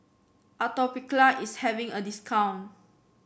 atopiclair is having a discount